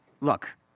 Look